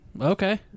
okay